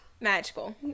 Magical